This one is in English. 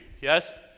Yes